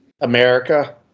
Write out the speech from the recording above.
America